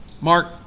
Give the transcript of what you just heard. Mark